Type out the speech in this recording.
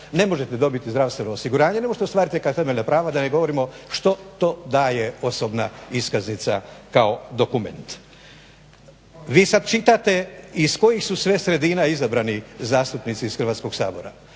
ne možete dobiti zdravstveno osiguranje, ne možete ostvariti neka temeljna prava, da ne govorimo što to daje osobna iskaznica kao dokument. Vi sad čitate iz kojih su sve sredina izabrani zastupnici iz Hrvatskog sabora.